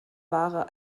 ware